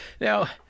Now